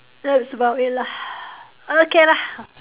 that's about it lah okay lah